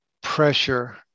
pressure